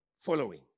following